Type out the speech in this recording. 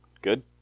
Good